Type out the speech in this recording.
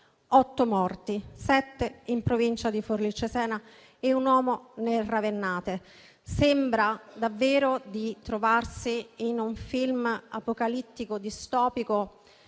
morti, sette in provincia di Forlì-Cesena e un uomo nel ravennate. Sembra davvero di trovarsi in un film apocalittico, distopico,